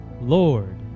Lord